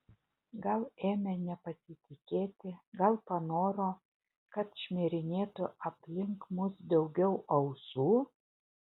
gal ėmė nepasitikėti gal panoro kad šmirinėtų aplink mus daugiau ausų